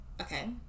Okay